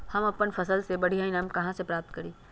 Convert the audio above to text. हम अपन फसल से बढ़िया ईनाम कहाँ से प्राप्त करी?